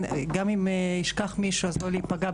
גם אם שכחתי מישהו אז לא להיפגע.